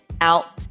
out